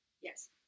Yes